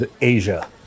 Asia